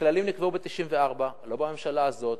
הכללים נקבעו ב-1994, לא בממשלה הזאת.